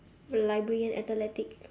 librarian athletics